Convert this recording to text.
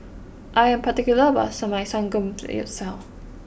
I am particular about my Samgeyopsal